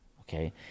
Okay